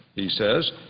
he says,